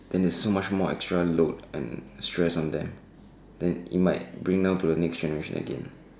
then there's so much more extra load and stress on them then it might bring down to the next generation again